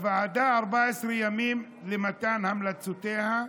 לוועדה יש 14 ימים למתן המלצותיה,